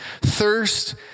thirst